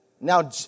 Now